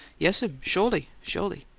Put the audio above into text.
yes'm. sho'ly, sho'ly!